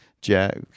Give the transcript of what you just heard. Jack